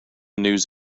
news